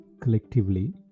collectively